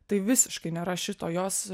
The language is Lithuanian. tai visiškai nėra šito jos